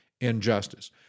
injustice